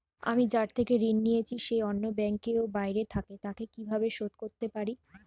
আমি যার থেকে ঋণ নিয়েছে সে অন্য ব্যাংকে ও বাইরে থাকে, তাকে কীভাবে শোধ করতে পারি?